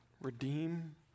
redeem